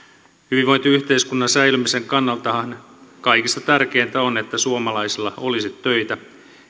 hyvinvointiyhteiskunnan säilymisen kannaltahan kaikista tärkeintä on että suomalaisilla olisi töitä